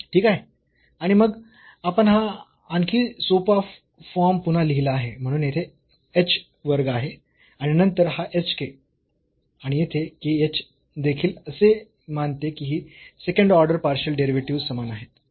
ठीक आहे आणि मग आपण हा आणखी सोपा फॉर्म पुन्हा लिहिला आहे म्हणून येथे एच वर्ग आहे आणि नंतर हा hk आणि येथे k h देखील असे मानते की ही सेकंड ऑर्डर पार्शियल डेरिव्हेटिव्ह्ज समान आहेत